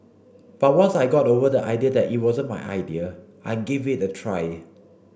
but once I got over the idea that it wasn't my idea I gave it a try